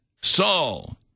Saul